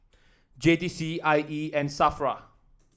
J T C I E and Safra